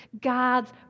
God's